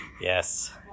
Yes